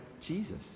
Jesus